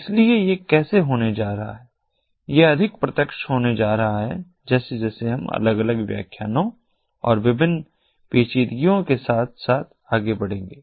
इसलिए यह कैसे होने जा रहा है यह अधिक प्रत्यक्ष होने जा रहा है जैसे जैसे हम अलग अलग व्याख्यानों और विभिन्न पेचीदगियों के साथ आगे बढ़ेंगे